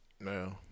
No